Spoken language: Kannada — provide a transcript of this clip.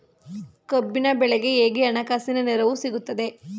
ಕಬ್ಬಿನ ಬೆಳೆಗೆ ಹೇಗೆ ಹಣಕಾಸಿನ ನೆರವು ಸಿಗುತ್ತದೆ?